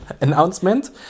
announcement